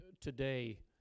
today